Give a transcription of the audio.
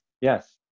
Yes